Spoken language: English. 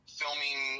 filming